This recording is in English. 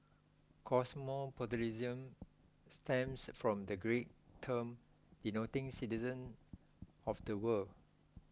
cosmopolitanism stems from the Greek term denoting citizen of the world